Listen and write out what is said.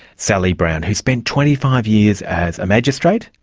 sally brown, who spent twenty five years as a magistrate,